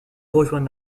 rejoint